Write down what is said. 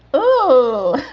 oh,